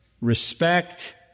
respect